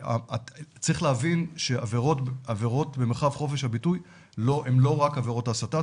צריך להבין שעבירות במרחב חופש הביטוי הן לא רק עבירות הסתה.